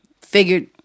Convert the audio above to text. figured